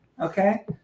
okay